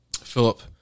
Philip